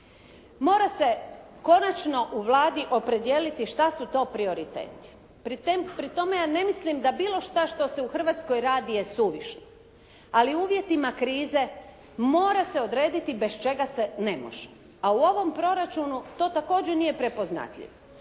Mora se konačno u Vladi opredijeliti šta su to prioriteti. Pri tome ja ne mislim da bilo šta se u Hrvatskoj radi je suvišno, ali u uvjetima krize mora se odrediti bez čega se ne može, a u ovom proračunu to također nije prepoznatljivo.